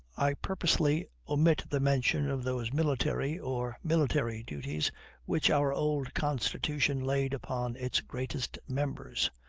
i purposely omit the mention of those military or military duties which our old constitution laid upon its greatest members.